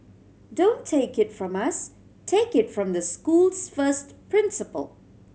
don't take it from us take it from the school's first principal